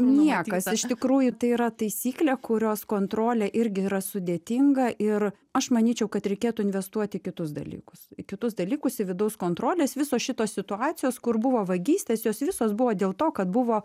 niekas iš tikrųjų tai yra taisyklė kurios kontrolė irgi yra sudėtinga ir aš manyčiau kad reikėtų investuot į kitus dalykus į kitus dalykus į vidaus kontrolės visos šitos situacijos kur buvo vagystės jos visos buvo dėl to kad buvo